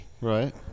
right